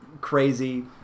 crazy